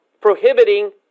prohibiting